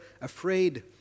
afraid